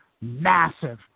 massive